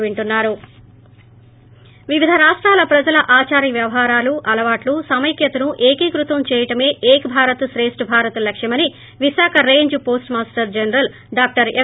break వివిధ రాష్టాల ప్రజల ఆదార వ్యవహారాలు అలవాట్లు సమైక్యతను ఏకీకృతం చేయడమే ఏక్ భారత్ శ్రేష్ణ భారత్ లక్ష్యమని Visakha range post master general doctor యం